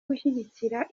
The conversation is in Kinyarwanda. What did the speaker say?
gushyigikira